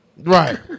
Right